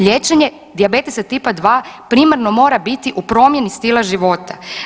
Liječenje dijabetesa tipa 2 primarno mora biti u promjeni stila života.